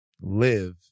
live